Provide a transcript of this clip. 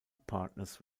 partners